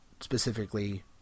specifically